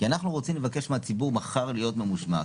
כי אנחנו רוצים לבקש מהציבור מחר להיות ממושמע.